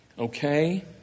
Okay